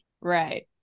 right